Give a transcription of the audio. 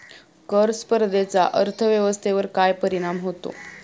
कर स्पर्धेचा अर्थव्यवस्थेवर काय परिणाम होतो?